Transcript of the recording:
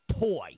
toy